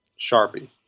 Sharpie